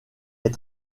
est